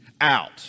out